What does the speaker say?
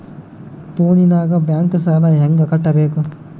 ಫೋನಿನಾಗ ಬ್ಯಾಂಕ್ ಸಾಲ ಹೆಂಗ ಕಟ್ಟಬೇಕು?